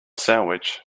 sandwich